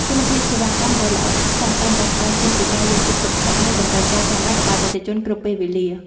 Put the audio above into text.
គុណភាពសេវាកម្មដែលល្អឥតខ្ចោះតែងតែផ្ដើមចេញពីការយកចិត្តទុកដាក់លើតម្រូវការចាំបាច់របស់អតិថិជនគ្រប់ពេលវេលា។